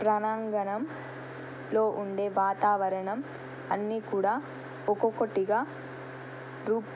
ప్రాంగణంలో ఉండే వాతావరణం అన్నీ కూడా ఒక్కొక్కటిగా రూప్